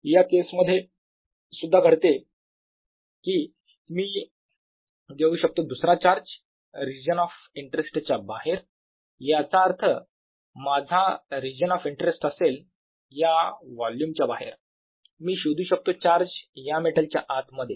या केस मध्ये सुद्धा असे घडते की मी शकतो दुसरा चार्ज रीजन ऑफ इंटरेस्ट च्या बाहेर याचा अर्थ माझा रीजन ऑफ इंटरेस्ट असेल या व्हॉल्युमच्या बाहेर मी शोधू शकतो चार्ज या मेटलच्या आत मध्ये